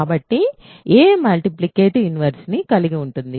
కాబట్టి a multiplicative inverse ని కలిగి ఉంటుంది